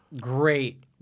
great